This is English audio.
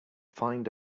find